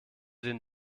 den